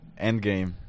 Endgame